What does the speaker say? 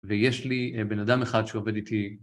ויש לי בן אדם אחד שעובד איתי